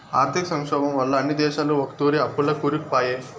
ఆర్థిక సంక్షోబం వల్ల అన్ని దేశాలు ఒకతూరే అప్పుల్ల కూరుకుపాయే